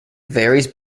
varies